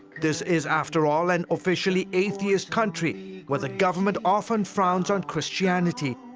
this is, after all, an officially atheist country, where the government often frowns on christianity.